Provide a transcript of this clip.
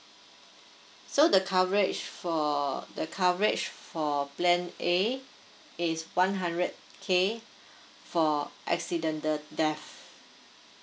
so the coverage for the coverage for plan A is one hundred K for accident death